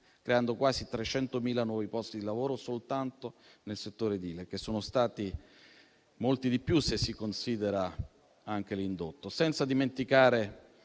creando quasi 300.000 nuovi posti di lavoro soltanto nel settore edile, che sono stati molti di più se si considera anche l'indotto;